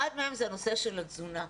אחד מהם זה הנושא של התזונה,